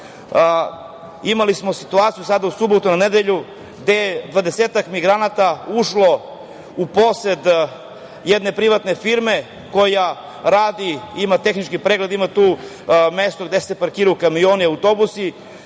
Imali smo situaciju u subotu na nedelju, gde je dvadesetak migranata ušlo u posed jedne privatne firme koja radi, ima tehnički pregled, ima mesta gde se parkiraju kamioni, autobusi.